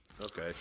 Okay